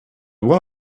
one